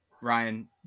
ryan